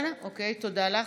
כי הונחה היום על שולחן הכנסת,